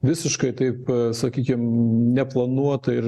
visiškai taip sakykim neplanuota ir